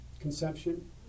conception